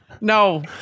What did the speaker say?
No